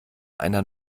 einer